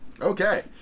Okay